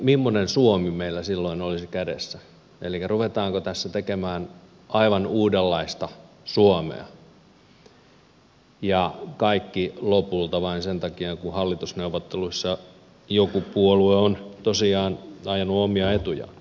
mimmoinen suomi meillä silloin olisi kädessä eli ruvetaanko tässä tekemään aivan uudenlaista suomea ja kaikki lopulta vain sen takia kun hallitusneuvotteluissa joku puolue on tosiaan ajanut omia etujaan